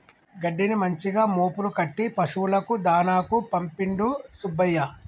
గడ్డిని మంచిగా మోపులు కట్టి పశువులకు దాణాకు పంపిండు సుబ్బయ్య